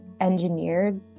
engineered